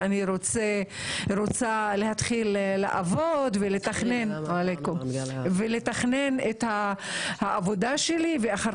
אני רוצה להתחיל לעבוד ולתכנן את העבודה שלי ואחר